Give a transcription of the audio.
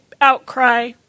outcry